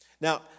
Now